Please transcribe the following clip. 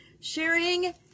sharing